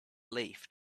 lathe